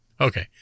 Okay